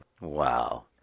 Wow